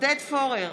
עודד פורר,